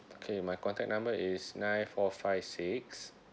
okay my contact number is nine four five six